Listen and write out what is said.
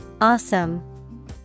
Awesome